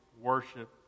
worship